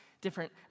different